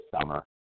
summer